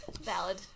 Valid